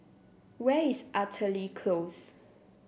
where is Artillery Close